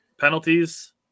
penalties